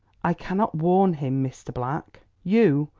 i cannot warn him, mr. black. you?